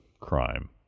crime